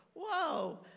whoa